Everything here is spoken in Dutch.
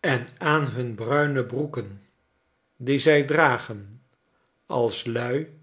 en aan hun bruine broeken die zij dragen als lui